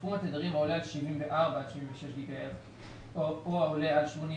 בתחום התדרים העולה על 74 עד 76 גיגה הרץ או העולה על 84